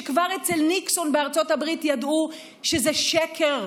שכבר אצל ניקסון בארצות הברית ידעו שזה שקר,